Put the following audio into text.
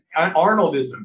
Arnoldism